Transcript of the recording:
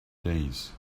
days